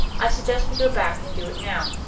i suggest we go back and do it now.